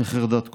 בחרדת קודש.